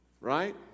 right